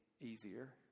easier